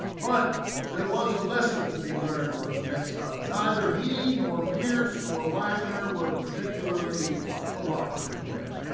but there was a lesson to be learned from the mix up. neither he nor pierce nor wagoner were particularly cooperative men,